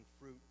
fruit